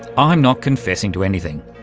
i'm not confessing to anything.